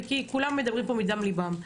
וכי כולם מדברים פה מדם ליבם.